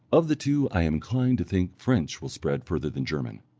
of the two i am inclined to think french will spread further than german.